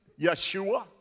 Yeshua